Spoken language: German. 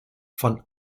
von